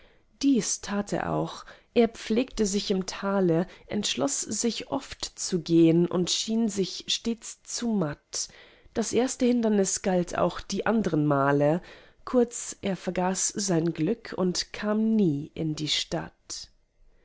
dies tat er auch er pflegte sich im tale entschloß sich oft zu gehn und schien sich stets zu matt das erste hindernis galt auch die andern male kurz er vergaß sein glück und kam nie in die stadt